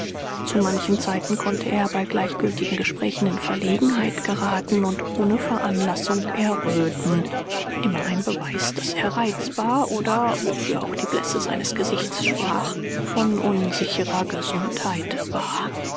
zu manchen zeiten konnte er bei gleichgültigen gesprächen in verlegenheit geraten und ohne veranlassung erröten immer ein beweis daß er reizbar oder wofür auch die blässe seines gesichts sprach von unsicherer gesundheit war